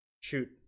shoot